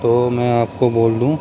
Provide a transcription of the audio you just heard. تو میں آپ کو بول دوں